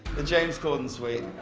the james corden suite.